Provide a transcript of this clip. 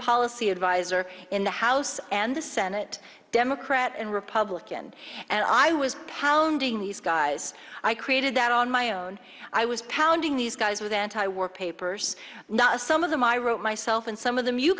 policy advisor in the house and the senate democrat and republican and i was hounding these guys i created that on my own i was pounding these guys with anti war papers now some of them i wrote myself and some of them you